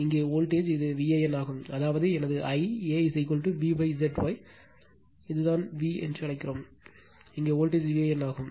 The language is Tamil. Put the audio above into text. இங்கே வோல்டேஜ் இது V AN ஆகும் அதாவது எனது I a V ZY இது ZY இது என்னுடையது இதுதான் V ஐ அழைக்கிறோம் ஏனென்றால் இங்கே வோல்டேஜ் ஒரு V AN ஆகும்